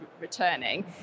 returning